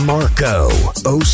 Marco